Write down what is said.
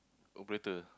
operator